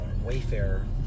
Wayfarer